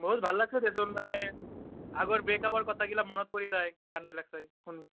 বহুত ভাল লাগিছে দেছোন মানে আগৰ ব্ৰেক আপৰ কথাবিলাক মনত পৰি যায় গানবিলাক চাই শুনি